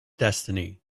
destiny